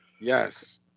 Yes